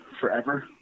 forever